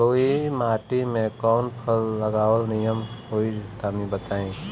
बलुई माटी में कउन फल लगावल निमन होई तनि बताई?